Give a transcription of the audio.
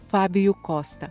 fabiju kosta